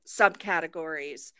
subcategories